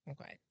Okay